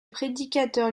prédicateur